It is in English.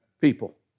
people